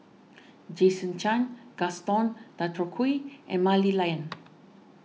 Jason Chan Gaston Dutronquoy and Mah Li Lian